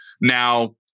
Now